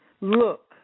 Look